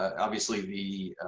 obviously the,